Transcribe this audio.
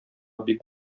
бик